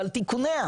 ועל תיקוניה.